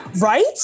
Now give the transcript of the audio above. Right